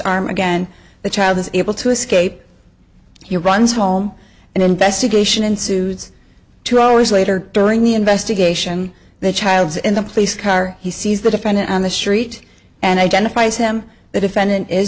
arm again the child is able to escape your runs home and investigation ensues two hours later during the investigation the child's in the police car he sees the defendant on the street and identifies him the defendant is